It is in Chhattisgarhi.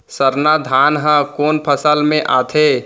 सरना धान ह कोन फसल में आथे?